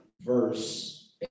verse